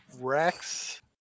Rex